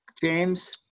James